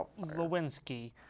Lewinsky